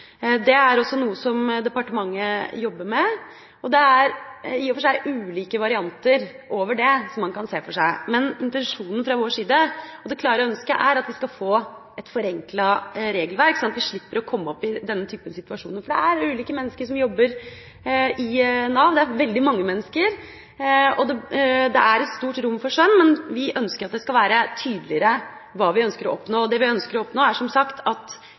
er noe som departementet jobber med, og man kan i og for seg se for seg ulike varianter av det. Men intensjonen fra vår side, og vårt klare ønske, er at vi skal få et forenklet regelverk, sånn at vi slipper å komme opp i denne typen situasjoner. Det er ulike mennesker som jobber i Nav, og det er veldig mange mennesker. Det er et stort rom for skjønn, men vi ønsker at det skal være tydeligere hva vi ønsker å oppnå. Det vi ønsker å oppnå, er at fedre skal ha den muligheten til å være sammen med barna sine, og det er et overordnet mål at